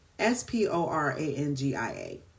S-P-O-R-A-N-G-I-A